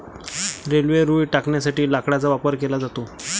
railway रुळ टाकण्यासाठी लाकडाचा वापर केला जातो